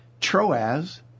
Troas